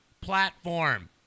platform